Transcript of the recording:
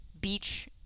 beach